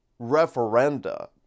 referenda